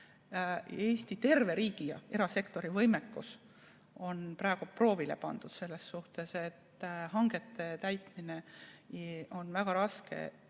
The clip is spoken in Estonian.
Eesti riigi ja erasektori võimekus on praegu proovile pandud, hangete täitmine on väga raske.